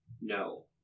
No